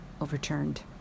overturned